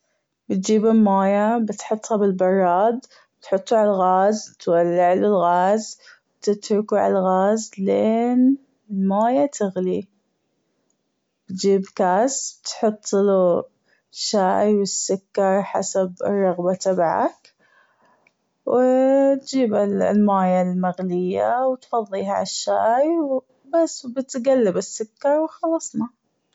بتجيب الموية بتحطها بالبراد وتحطه عالغاز وتولع الغاز وتتركه عالغاز لين المويه تغلي وتجيب كاس وتحطله الشاي والسكر حسب الرغبة تبعك وتجيب المويه المغلية وتفظيها عالشاي وبس وتجلب السكر وخلصنا.